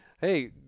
hey